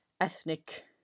ethnic